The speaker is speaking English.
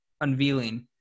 unveiling